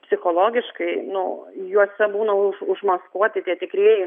psichologiškai nu juose būna už užmaskuoti tie tikrieji